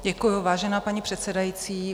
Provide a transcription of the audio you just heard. Děkuji, vážená paní předsedající.